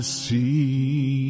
see